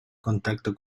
contacto